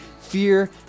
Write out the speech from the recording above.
fear